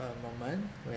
a moment when